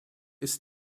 ist